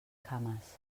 cames